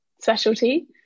specialty